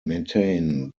maintain